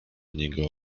niego